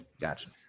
Gotcha